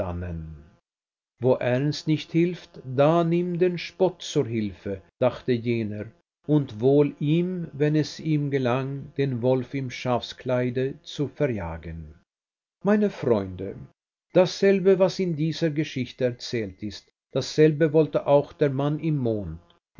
wo ernst nicht hilft da nimm den spott zur hilfe dachte jener und wohl ihm wenn es ihm gelang den wolf im schafskleide zu verjagen meine freunde dasselbe was in dieser geschichte erzählt ist dasselbe wollte auch der mann im mond